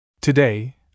Today